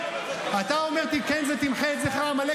--- אתה אומר כן, זה "תמחה את זכר עמלק".